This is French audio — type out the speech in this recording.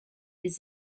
des